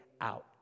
out